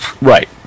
Right